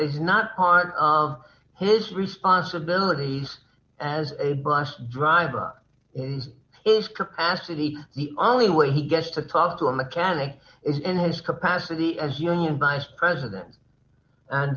is not part of his responsibilities as a bus driver is capacity the only way he gets to talk to a mechanic is in his capacity as union vice president and